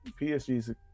PSG